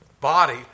body